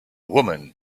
woman